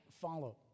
follow